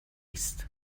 است